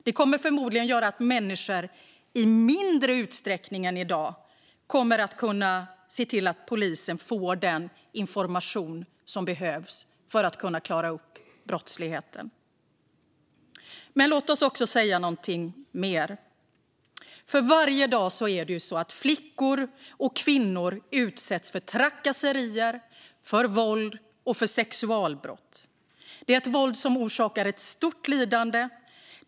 Det kommer förmodligen att göra att människor i mindre utsträckning än i dag kommer att kunna se till att polisen får den information som behövs för att kunna klara upp brottsligheten. Låt mig dock ta upp någonting mer. Varje dag utsätts flickor och kvinnor för trakasserier, våld och sexualbrott. Detta är våld som orsakar stort lidande.